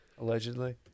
allegedly